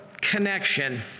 connection